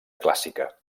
clàssica